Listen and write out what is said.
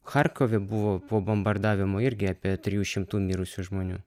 charkove buvo po bombardavimų irgi apie trijų šimtų mirusių žmonių